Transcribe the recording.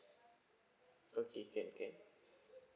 okay can can